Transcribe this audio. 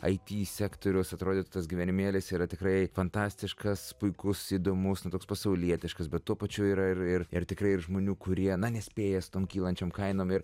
it sektorius atrodytų tas gyvenimėlis yra tikrai fantastiškas puikus įdomus nu toks pasaulietiškas bet tuo pačiu yra ir ir ir tikrai ir žmonių kurie na nespėja su tom kylančiom kainom ir